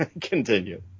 continue